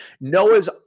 Noah's